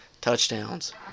touchdowns